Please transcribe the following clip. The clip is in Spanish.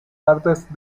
artes